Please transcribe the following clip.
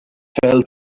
fell